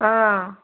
ஆ